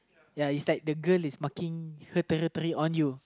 ya is like the girl is marking her territory on you